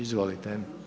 Izvolite.